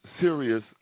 serious